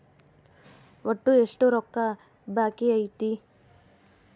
ಒಟ್ಟು ಎಷ್ಟು ರೊಕ್ಕ ಬಾಕಿ ಐತಿ?